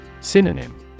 Synonym